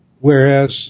Whereas